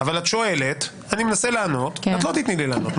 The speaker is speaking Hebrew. את שואלת, אני מנסה לענות, ואת לא תתני לי לענות.